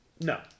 No